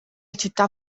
città